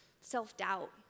self-doubt